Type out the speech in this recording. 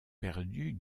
perdu